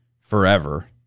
forever